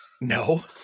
no